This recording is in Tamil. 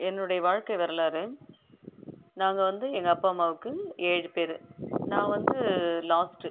என்னுடைய வாழ்க்கை வரலாறு நாங்கள் வந்து எங்கள் அப்பா அம்மாவுக்கு ஏழு பேர் நான் வந்து லாஸ்ட்டு